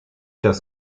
das